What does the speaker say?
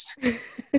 yes